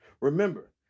Remember